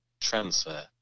transfer